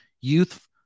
Youth